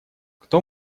кто